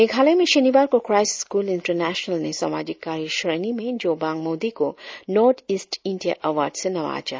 मेघालय में शनिवार को क्राईस्ट स्कूल इंटरनेशनल ने सामाजिक कार्य क्षेणों में जोबांग मोदी को नोर्थ ईस्ट इंडिया अवार्ड से नवाजा